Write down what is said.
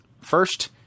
first